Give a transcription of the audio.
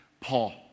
Paul